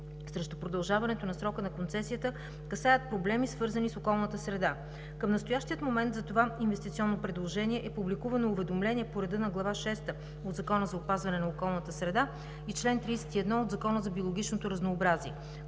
срещу продължаването на срока на концесията касаят проблеми, свързани с околната среда. Към настоящият момент за това инвестиционно предложение е публикувано уведомление по реда на Глава шеста от Закона за опазване на околната среда и чл. 31 от Закона за биологичното разнообразие.